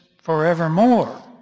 forevermore